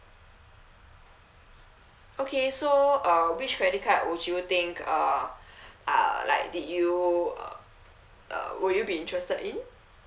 okay so uh which credit card would you think uh uh like did you uh uh would you be interested in